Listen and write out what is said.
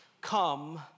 come